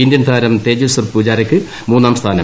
Indian താരം തേജേസ്വർ പൂജാരക്ക് മൂന്നാം സ്ഥാനം